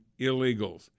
illegals